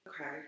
Okay